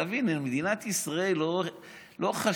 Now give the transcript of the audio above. תבין, מדינת ישראל לא חשובה.